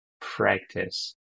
practice